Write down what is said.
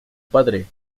padre